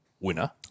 winner